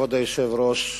כבוד היושב-ראש,